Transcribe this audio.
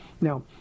Now